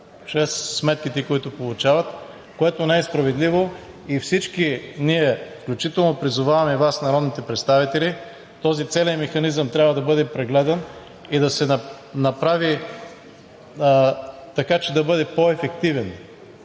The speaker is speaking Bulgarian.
чрез сметките, които получават, което не е справедливо. Всички ние, включително призовавам и Вас, народните представители, целият този механизъм трябва да бъде прегледан и да се направи така, че да бъде по-ефективен,